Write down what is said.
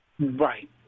right